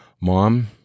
Mom